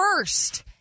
first